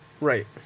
Right